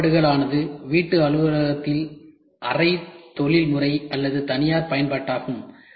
பயன்பாடுகள் ஆனது வீட்டு அலுவலகத்தில் அரை தொழில்முறை அல்லது தனியார் பயன்பாடாகும்